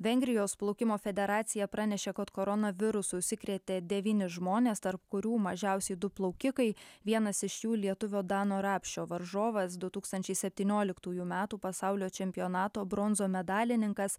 vengrijos plaukimo federacija pranešė kad koronavirusu užsikrėtė devyni žmonės tarp kurių mažiausiai du plaukikai vienas iš jų lietuvio dano rapšio varžovas du tūkstančiai septynioliktųjų metų pasaulio čempionato bronzo medalininkas